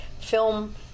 film